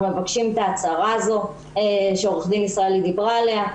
מבקשים את ההצהרה הזאת שעו"ד ישראלי דיברה עליה.